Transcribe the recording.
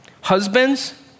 Husbands